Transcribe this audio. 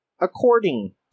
according